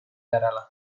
järele